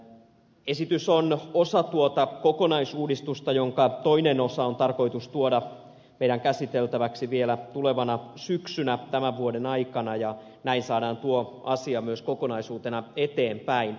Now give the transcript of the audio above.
esitys on osa tuota kokonaisuudistusta jonka toinen osa on tarkoitus tuoda meidän käsiteltäväksemme vielä tulevana syksynä tämän vuoden aikana ja näin saadaan tuo asia myös kokonaisuutena eteenpäin